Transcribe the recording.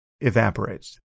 evaporates